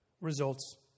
results